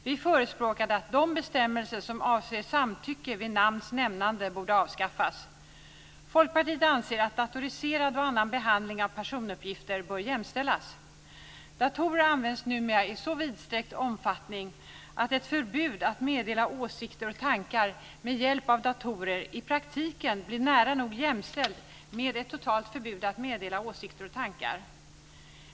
Vi förespråkade att de bestämmelser som avser samtycke vid namns nämnande borde avskaffas. Folkpartiet anser att datoriserad och annan behandling av personuppgifter bör jämställas. Datorer används numera i så vidsträckt omfattning att ett förbud att meddela åsikter och tankar med hjälp av datorer i praktiken blir nära nog jämställt med ett totalt förbud att meddela åsikter och tankar.